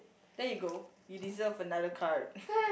there you go you deserve another card